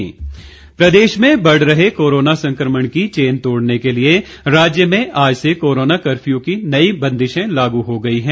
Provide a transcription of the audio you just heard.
आदेश प्रदेश में बढ़ रहे कोरोना संक्रमण की चेन तोड़ने के लिए राज्य में आज से कोरोना कर्फ्यू की नई बंदिशें लागू हो गई हैं